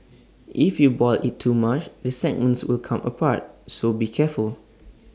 if you boil IT too much the segments will come apart so be careful